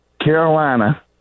Carolina